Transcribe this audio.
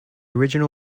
original